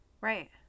Right